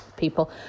people